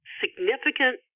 significant